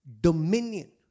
dominion